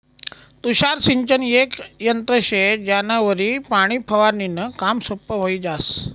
तुषार सिंचन येक यंत्र शे ज्यानावरी पाणी फवारनीनं काम सोपं व्हयी जास